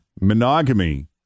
monogamy